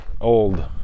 old